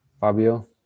fabio